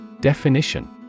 Definition